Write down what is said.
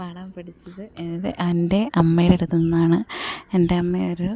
പാടാ ൻ പടിച്ചത് ഇത് എൻ്റെ അമ്മയുടെ അടുത്തു നിന്നാണ് എൻ്റെമ്മയൊരു